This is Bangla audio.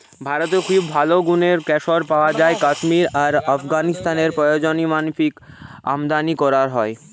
ভারতে খুব ভালো গুনের কেশর পায়া যায় কাশ্মীরে আর আফগানিস্তানে প্রয়োজনমাফিক আমদানী কোরা হয়